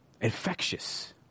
infectious